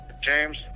James